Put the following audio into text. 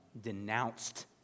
denounced